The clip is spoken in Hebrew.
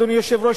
אדוני היושב-ראש,